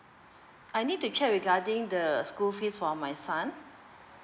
I need to check regarding the school fees for my son